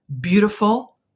beautiful